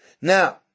Now